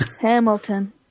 Hamilton